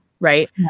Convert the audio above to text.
right